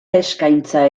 eskaintza